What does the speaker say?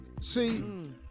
See